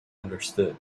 understood